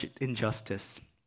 injustice